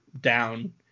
down